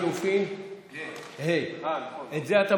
את זה אתה משאיר.